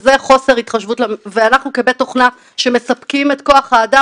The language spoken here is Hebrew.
זה חוסר התחשבות ואנחנו כבית תוכנה שמספקים את כוח האדם